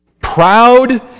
proud